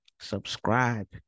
Subscribe